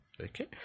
Okay